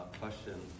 question